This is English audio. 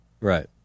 Right